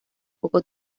poco